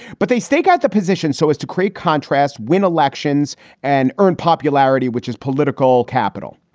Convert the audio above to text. but they staked out the position so as to create contrast. win elections and earn popularity, which is political capital,